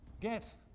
get